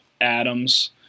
Adams